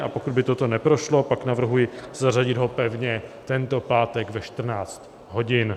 A pokud by toto neprošlo, pak navrhuji zařadit ho pevně tento pátek ve 14 hodin.